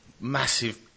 massive